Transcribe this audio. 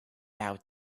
out